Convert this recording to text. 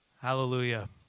Hallelujah